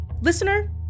Listener